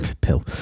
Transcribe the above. pill